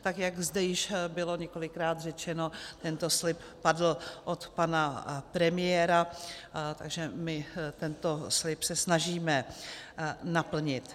Tak jak zde již bylo několikrát řečeno, tento slib padl od pana premiéra, takže my se tento slib snažíme naplnit.